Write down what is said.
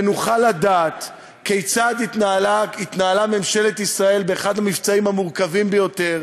ונוכל לדעת כיצד התנהלה ממשלת ישראל באחד המבצעים המורכבים ביותר,